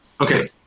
okay